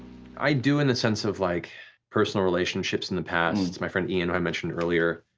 i do in the sense of like personal relationships in the past, my friend ian who i mentioned earlier,